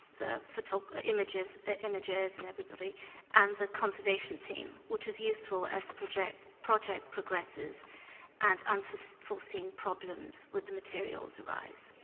the but images ah images and everybody and the conservation team which is useful as the project project progresses and unforeseen unforeseen problems with the materials arise.